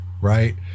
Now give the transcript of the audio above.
right